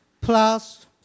plus